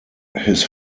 his